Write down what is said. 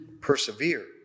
persevere